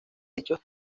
dichos